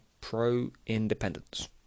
pro-independence